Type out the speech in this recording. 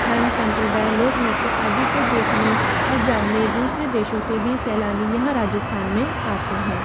धर्म संप्रदाय लोक नृत्य आदि को देखने और जानने दूसरे देशों से भी सैलानी यहाँ राजस्थान में आते हैं